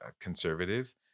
conservatives